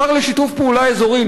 השר לשיתוף פעולה אזורי,